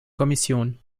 kommission